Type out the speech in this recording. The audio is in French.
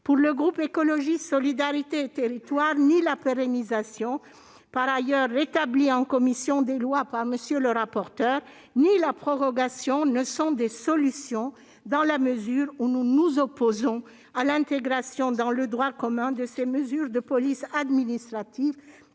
Pour le groupe Écologiste- Solidarité et Territoires, ni la pérennisation, par ailleurs rétablie en commission des lois par M. le rapporteur, ni la prorogation ne sont des solutions dans la mesure où nous nous opposons à l'intégration dans le droit commun de ces mesures de police administrative,